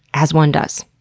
as one does.